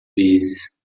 vezes